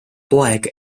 poeg